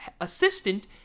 assistant